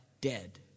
dead